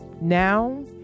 Now